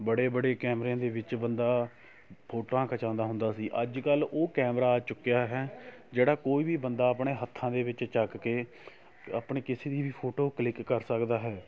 ਬੜੇ ਬੜੇ ਕੈਮਰਿਆਂ ਦੇ ਵਿੱਚ ਬੰਦਾ ਫੋਟੋਆਂ ਖਿਚਾਉਂਦਾ ਹੁੰਦਾ ਸੀ ਅੱਜ ਕੱਲ੍ਹ ਉਹ ਕੈਮਰਾ ਆ ਚੁੱਕਿਆ ਹੈ ਜਿਹੜਾ ਕੋਈ ਵੀ ਬੰਦਾ ਆਪਣੇ ਹੱਥਾਂ ਦੇ ਵਿੱਚ ਚੱਕ ਕੇ ਆਪਣੇ ਕਿਸੇ ਦੀ ਵੀ ਫੋਟੋ ਕਲਿੱਕ ਕਰ ਸਕਦਾ ਹੈ